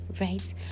right